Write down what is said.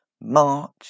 March